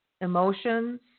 emotions